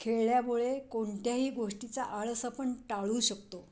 खेळल्यामुळे कोणत्याही गोष्टीचा आळस आपण टाळू शकतो